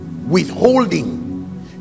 withholding